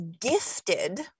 gifted